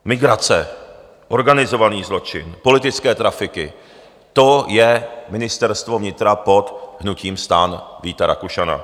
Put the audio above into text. Migrace, organizovaný zločin, politické trafiky, to je Ministerstvo vnitra pod hnutím STAN Víta Rakušana.